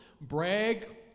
brag